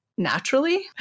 naturally